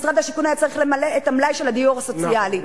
משרד השיכון היה צריך למלא את המלאי של הדיור הסוציאלי,